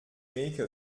make